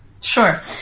Sure